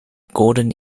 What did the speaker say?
golden